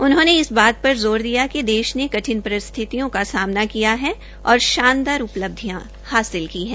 उन्होंने इस बात पर जोर दिया कि देश ने कठिन परिस्थितियों का सामना किया है और शानदार उपलब्धियां हासिल की हैं